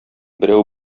берәү